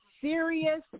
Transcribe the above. serious